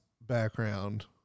background